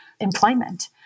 employment